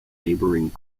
neighboring